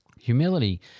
Humility